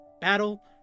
battle